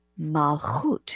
malchut